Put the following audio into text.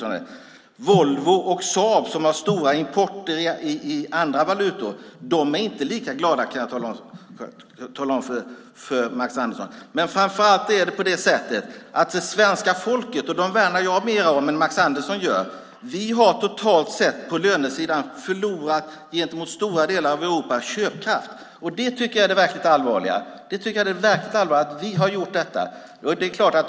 Volvo och Saab, som har stor import i andra valutor, är inte lika glada kan jag tala om för Max Andersson. Framför allt är det på det sättet att svenska folket, som jag värnar om mer än Max Andersson gör, totalt sett på lönesidan har förlorat köpkraft gentemot stora delar av Europa. Det tycker jag är det verkligt allvarliga.